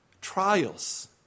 Trials